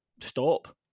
stop